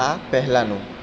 આ પહેલાંનું